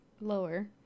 lower